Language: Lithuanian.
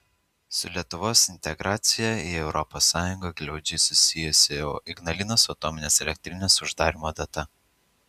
su lietuvos integracija į es glaudžiai susijusi ignalinos atominės elektrinės uždarymo data